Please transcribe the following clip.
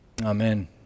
Amen